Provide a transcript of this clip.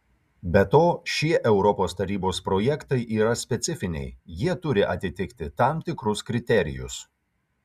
be to šie europos tarybos projektai yra specifiniai jie turi atitikti tam tikrus kriterijus